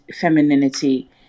femininity